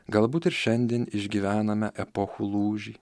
galbūt ir šiandien išgyvename epochų lūžį